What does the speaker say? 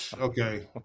okay